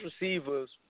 receivers